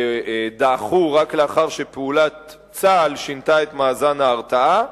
שדעכה רק לאחר שפעולת צה"ל שינתה את מאזן ההרתעה,